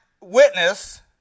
witness